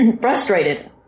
frustrated